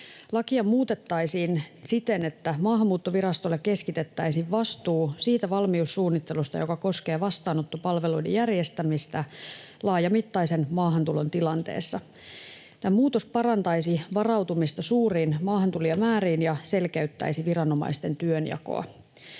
Lakia muutettaisiin siten, että Maahanmuuttovirastolle keskitettäisiin vastuu siitä valmiussuunnittelusta, joka koskee vastaanottopalveluiden järjestämistä laajamittaisen maahantulon tilanteessa. Tämä muutos parantaisi varautumista suuriin maahantulijamääriin ja selkeyttäisi viranomaisten työnjakoa.